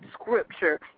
scripture